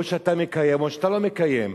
או שאתה מקיים או שאתה לא מקיים,